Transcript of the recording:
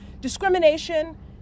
discrimination